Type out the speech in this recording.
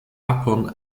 upon